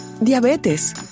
diabetes